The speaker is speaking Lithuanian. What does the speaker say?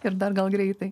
ir dar gal greitai